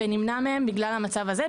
ונמנע מהם בגלל המצב הזה,